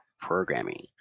programming